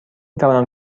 توانم